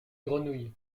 grenouilles